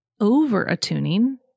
over-attuning